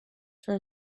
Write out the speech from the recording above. for